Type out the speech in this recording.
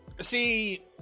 See